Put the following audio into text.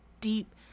deep